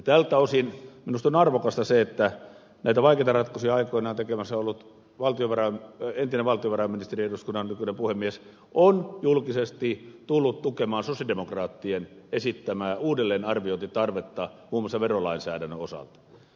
tältä osin minusta on arvokasta se että näitä vaikeita ratkaisuja aikoinaan tekemässä ollut entinen valtiovarainministeri eduskunnan nykyinen puhemies on julkisesti tullut tukemaan sosialidemokraattien esittämää uudelleenarviointitarvetta muun muassa verolainsäädännön osalta